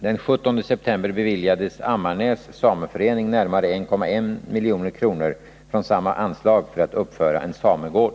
Den 17 september beviljades Ammarnäs Sameförening närmare 1,1 milj.kr. från samma anslag för att uppföra en samegård.